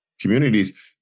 communities